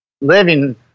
living